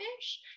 ish